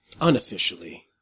Unofficially